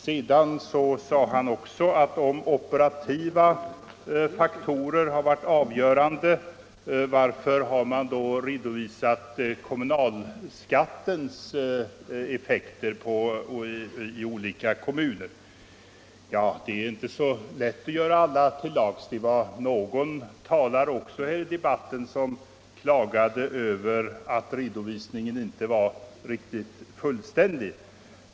Sedan sade han också att om operativa faktorer har varit avgörande, varför har man då redovisat kommunalskattens effekter i olika kommuner. Det är inte så lätt att göra alla till lags. Någon talare i debatten klagade över att redovisningen inte var fullständig.